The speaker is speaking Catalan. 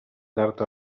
tard